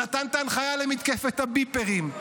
שנתן את ההנחיה למתקפת הביפרים,